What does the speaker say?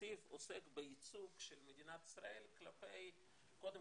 נתיב עוסק בייצוג של מדינת ישראל כלפי קודם